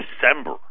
December